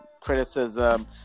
criticism